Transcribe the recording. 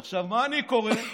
עכשיו, מה אני קורא?